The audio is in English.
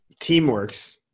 Teamworks